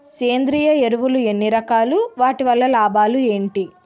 సేంద్రీయ ఎరువులు ఎన్ని రకాలు? వాటి వల్ల లాభాలు ఏంటి?